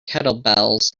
kettlebells